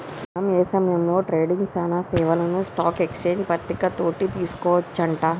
మనం ఏ సమయంలో ట్రేడింగ్ సానా సేవలను స్టాక్ ఎక్స్చేంజ్ పట్టిక తోటి తెలుసుకోవచ్చు అంట